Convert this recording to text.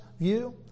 view